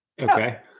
Okay